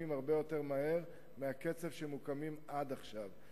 הרבה יותר מהר מהקצב שבו הם מוקמים עד עכשיו.